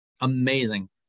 Amazing